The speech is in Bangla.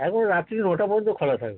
এখন রাত্রিরে নটা পর্যন্ত খোলা থাকবে